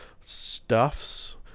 stuffs